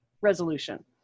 Resolution